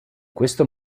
questo